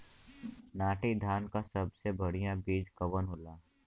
नाटी धान क सबसे बढ़िया बीज कवन होला?